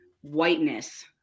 whiteness